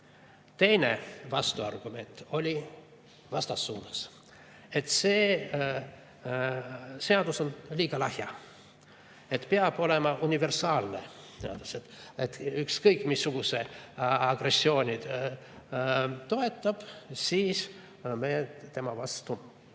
Teine vastuargument oli vastassuunas. Et see seadus on liiga lahja, peab olema universaalne. Et kui [keegi] ükskõik missugust agressiooni toetab, siis me tema vastu